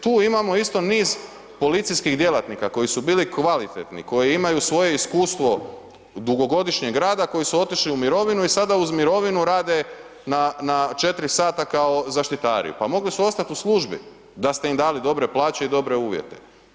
Tu imamo isto niz policijskih djelatnika koji su bili kvalitetni, koji imaju svoje iskustvo dugogodišnjeg rada, koji su otišlo u mirovinu i sada uz mirovinu rade na 4 sata kao zaštitari, pa mogli su ostati o službi da s te ima dali dobre plaće i dobre uvjete.